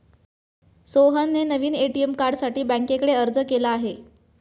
सोहनने नवीन ए.टी.एम कार्डसाठी बँकेकडे अर्ज केला आहे